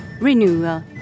renewal